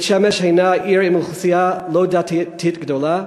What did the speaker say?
בית-שמש הנה עיר עם אוכלוסייה לא דתית גדולה,